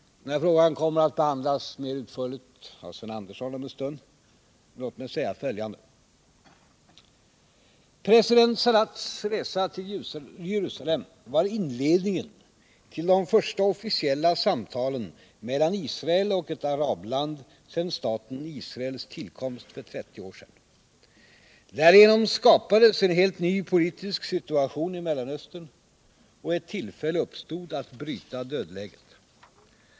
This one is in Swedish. Den frågan kommer att behandlas mer utförligt av Sven Andersson i Stockholm, men låt mig säga följande. President Sadats resa till Jerusalem var inledningen till de första officiella samtalen mellan Israel och ett arabland sedan staten Israels tillkomst för 30 år sedan. Därigenom skapades en helt ny politisk situation i Mellanöstern, och ett tillfälle uppstod att bryta dödläget.